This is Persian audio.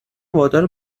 وادار